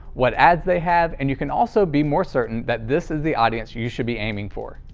what ads they have, and you can also be more certain that this is the audience you you should be aiming for.